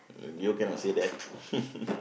you cannot say that